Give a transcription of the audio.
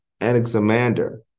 Anaximander